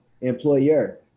employer